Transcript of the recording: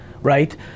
right